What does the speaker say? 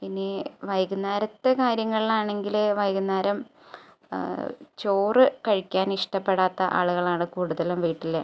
ഇനി വൈകുന്നേരത്തെ കാര്യങ്ങളണെങ്കിൽ വൈകുന്നേരം ചോറ് കഴിക്കാൻ ഇഷ്ടപ്പെടാത്ത ആളുകളാണ് കൂടുതലും വീട്ടിൽ